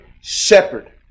shepherd